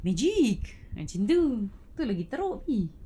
magic macam tu itu lagi teruk !ee!